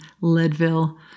Leadville